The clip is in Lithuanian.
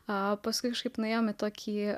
o paskui kažkaip nuėjome į tokį